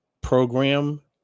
program